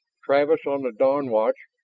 travis, on the dawn watch,